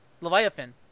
Leviathan